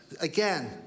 Again